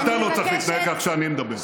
ואתה לא צריך להתנהג כך כשאני מדבר.